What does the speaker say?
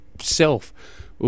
self